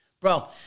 Bro